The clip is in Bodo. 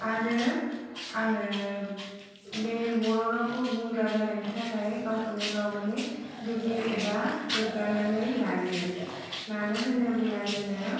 आरो आङो बे रावनि बुंग्रा जानायनि थाखाय गावखौनो गाव माने दुगि एबा गोग्गानानै लायो मानो होनोब्ला जोङो